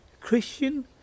christian